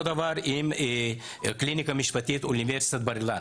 אותו דבר עם הקליניקה המשפטית של אוניברסיטת בר אילן.